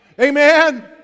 Amen